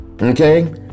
Okay